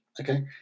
okay